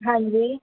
ਹਾਂਜੀ